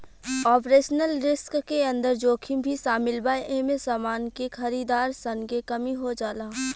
operational risk के अंदर जोखिम भी शामिल बा एमे समान के खरीदार सन के कमी हो जाला